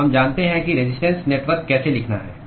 तो हम जानते हैं कि रेजिस्टेंस नेटवर्क कैसे लिखना है